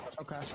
Okay